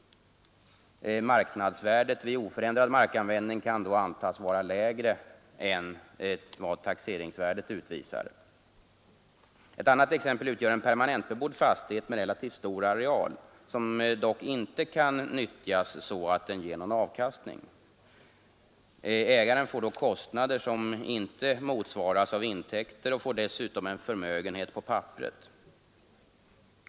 Marknadsvärdet vid oförändrad markanvändning kan då antas vara lägre än vad taxeringsvärdet utvisar. Ett annat exempel utgör en permanentbebodd fastighet med relativt stor areal, som dock inte kan nyttjas så att den ger någon avkastning. Ägaren får då kostnader som inte motsvaras av intäkter och får dessutom en förmögenhet på papperet.